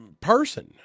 person